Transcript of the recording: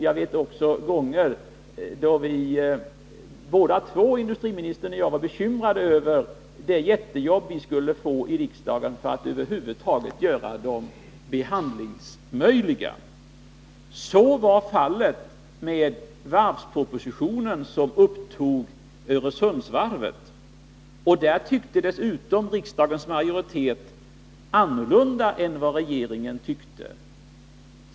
Jag vet också gånger då både herr Åsling och jag var bekymrade över det jättearbete vi skulle få i riksdagen för att över huvud taget göra propositionerna behandlingsmöjliga. Så var fallet med den varvsproposition där Öresundsvarvet behandlades. I denna fråga tyckte dessutom riksdagens majoritet annorlunda än vad regeringen tyckte.